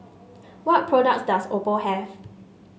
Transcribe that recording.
what products does Oppo have